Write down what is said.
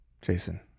Jason